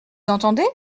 entendez